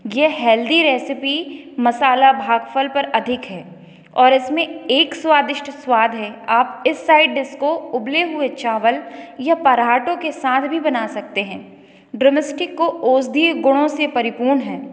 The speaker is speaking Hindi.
यह हेल्दी रेसिपी मसाला भागफल पर अधिक है और इसमें एक स्वादिष्ट स्वाद है आप इस साइड इसको उबले हुए चावल या पराठों के साथ भी बना सकते हैं ड्रमस्टिक को औषधि गुणों से परिपूर्ण है